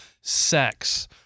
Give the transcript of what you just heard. sex